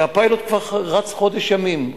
הפיילוט כבר רץ חודש ימים.